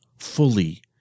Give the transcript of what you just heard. fully